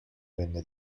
venne